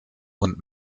und